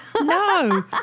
No